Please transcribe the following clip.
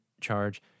charge